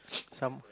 some